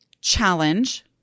challenge